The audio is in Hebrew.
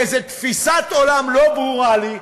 באיזה תפיסת עולם שלא ברורה לי,